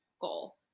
goal